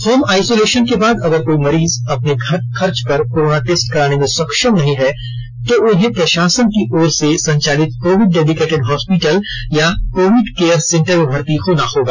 home isolation के बाद अगर कोई मरीज अपने खर्च पर कोरोना टेस्ट कराने में सक्षम नहीं हैं तो उन्हें प्रशासन की ओर से संचालित कोविड डेडिकेटेड हॉस्पिटल या कोविड केयर सेंटर में भर्ती होना होगा